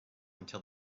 until